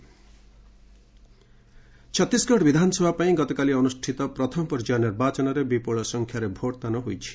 Chhattisgarh poll Chhattisgarh ବିଧାନସଭା ପାଇଁ ଗତକାଲି ଅନୁଷ୍ଠିତ ପ୍ରଥମ ପର୍ଯ୍ୟାୟ ନିର୍ବାଚନରେ ବିପୁଳ ସଂଖ୍ୟାରେ ଭୋଟ୍ ଦାନ ହୋଇଛି